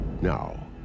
Now